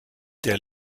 der